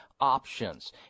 options